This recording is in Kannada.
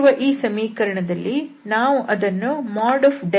ಇಲ್ಲಿರುವ ಈ ಸಮೀಕರಣದಲ್ಲಿ ನಾವು ಅದನ್ನು |∇f|∇f